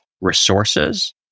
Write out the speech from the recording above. resources